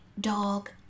dog